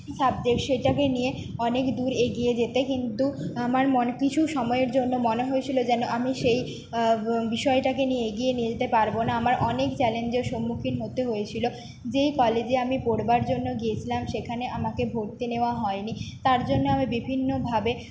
subject সেটাকে নিয়ে অনেক দূর এগিয়ে যেতে কিন্তু আমার মন কিছু সময়ের জন্য মনে হয়েছিলো যেন আমি সেই বিষয়টাকে নিয়ে এগিয়ে নিয়ে যেতে পারবো না আমায় অনেক চ্যালেঞ্জের সম্মুখীন হতে হয়েছিলো যেই কলেজে আমি পড়বার জন্য গিয়েছিলাম সেখানে আমাকে ভর্তি নেওয়া হয়নি তার জন্য আমি বিভিন্নভাবে